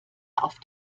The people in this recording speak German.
auf